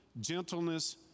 gentleness